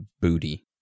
booty